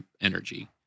energy